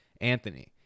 Anthony